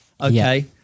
Okay